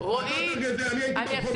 אני עובד אצל